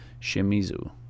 Shimizu